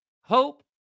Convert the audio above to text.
hope